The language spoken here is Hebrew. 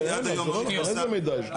וזה שעד היום לא --- אין, איזה מידע יש לה?